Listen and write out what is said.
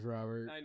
Robert